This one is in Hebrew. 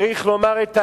צריך לומר את האמת: